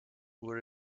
were